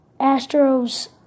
Astro's